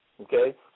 Okay